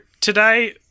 today